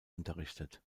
unterrichtet